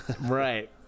Right